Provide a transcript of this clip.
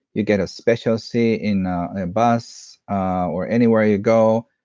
you get a special seat in bus or anywhere you go,